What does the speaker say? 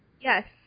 Yes